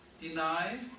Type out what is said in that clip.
deny